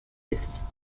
ist